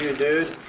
dude.